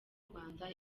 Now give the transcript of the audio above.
rwanda